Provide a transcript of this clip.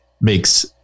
makes